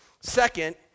Second